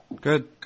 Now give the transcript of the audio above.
Good